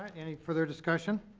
any further discussion?